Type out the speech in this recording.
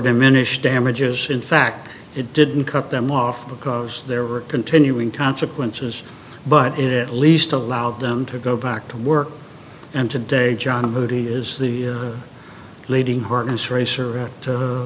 diminished damages in fact it didn't cut them off because there were continuing consequences but it at least allowed them to go back to work and today john moody is the leading harness racer at a